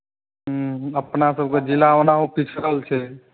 हँ अपनासभके जिला ओनाहो पिछड़ल छै